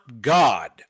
god